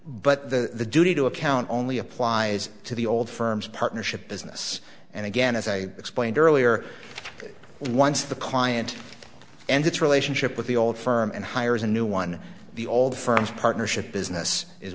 but the need to account only applies to the old firm's partnership business and again as i explained earlier once the client and its relationship with the old firm and hires a new one the old firm's partnership business is